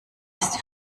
ist